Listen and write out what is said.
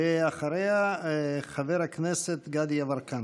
ואחריה, חבר הכנסת גדי יברקן.